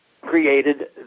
created